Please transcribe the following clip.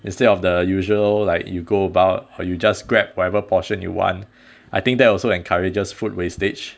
instead of the usual like you go about or you just grab whatever portion you want I think that also encourages food wastage